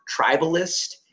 tribalist